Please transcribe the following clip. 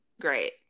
Great